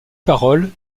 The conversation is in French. paroles